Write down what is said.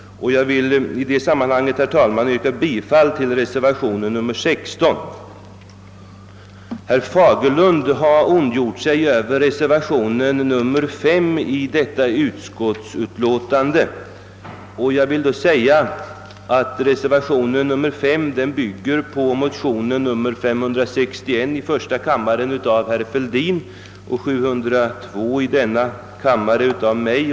Jag vill, herr talman, yrka bifall till reservationen 16. Herr Fagerlund har ondgjort sig över reservationen 5, fogad till detta utskottsutlåtande. Denna reservation bygger på motionerna I: 561 av herr Fälldin m.fl. och II: 702 av mig och några medmotionärer.